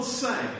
say